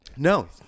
No